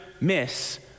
miss